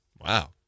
Wow